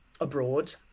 abroad